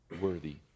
worthy